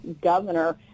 governor